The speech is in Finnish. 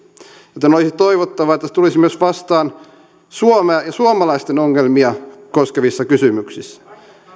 joten olisi toivottavaa että se tulisi myös vastaan suomea ja suomalaisten ongelmia koskevissa kysymyksissä